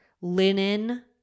linen